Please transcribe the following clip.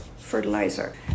fertilizer